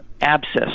abscess